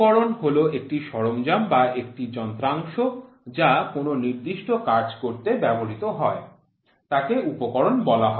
উপকরণ হল একটি সরঞ্জাম বা একটি যন্ত্রাংশ যা কোনও নির্দিষ্ট কাজ করতে ব্যবহৃত হয় তাকে উপকরণ বলা হয়